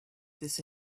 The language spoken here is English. this